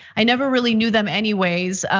i never really knew them anyways,